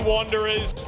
Wanderers